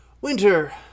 Winter